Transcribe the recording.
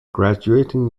graduating